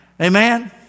Amen